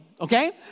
Okay